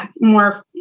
more